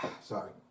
sorry